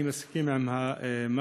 אני מסכים עם מה